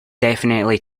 definitely